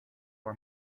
for